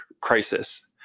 crisis